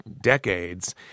decades